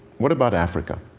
what about africa?